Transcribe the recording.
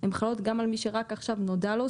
הן חלות גם על מי שרק עכשיו נודע לו.